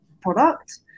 product